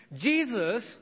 Jesus